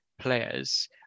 players